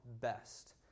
best